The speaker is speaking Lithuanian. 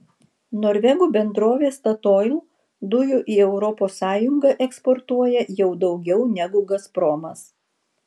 norvegų bendrovė statoil dujų į europos sąjungą eksportuoja jau daugiau negu gazpromas